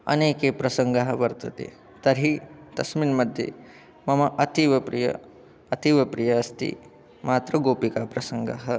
अनेके प्रसङ्गः वर्तते तर्हि तस्मिन् मध्ये मम अतीवप्रियः अतीवप्रियः अस्ति मातृगोपिकाप्रसङ्गः